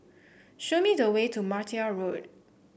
show me the way to Martia Road